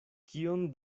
kion